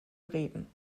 reden